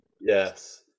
Yes